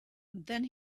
then